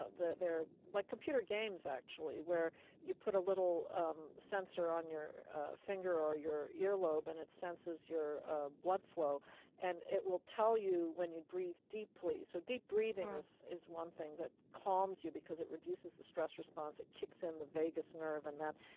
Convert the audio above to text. ah like computer games actually, where you put a little um sensor on your finger or your your earlobe and it senses your ah blood flow and it will tell you when you breathe deeply so deep breathing is is one thing that calms you because it reduces the stress response. it kicks in the vagus nerve and that